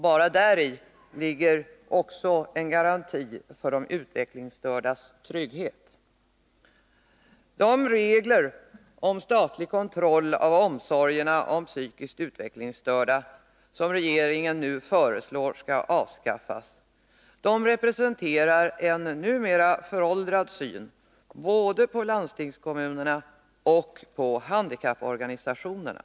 Bara däri ligger en garanti för de utvecklingsstördas trygghet. De regler om statlig kontroll av omsorgerna om psykiskt utvecklingsstörda som regeringen nu föreslår skall avskaffas representerar en numera föråldrad syn, både på landstingskommunerna och på handikapporganisationerna.